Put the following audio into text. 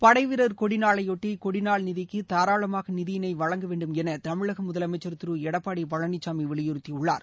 படைவீர் கொடிநாளையொட்டி கொடிநாள் நிதிக்கு தாராளமாக நிதியினை வழங்கவேண்டும் என தமிழக முதலமைச்சர் திரு எடப்பாடி பழனிசாமி வலியுறுத்தியுள்ளார்